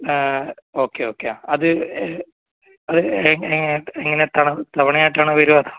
ആ okay okay അത് എങ്ങനെ തവണയായിട്ട് ആണോ വരുക അതോ